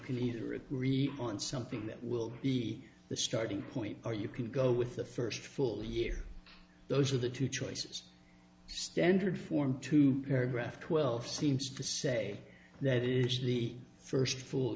can either agree on something that will be the starting point or you can go with the first full year those are the two choices standard form two paragraph twelve seems to say that is the first full